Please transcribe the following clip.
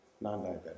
non-diabetic